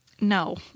No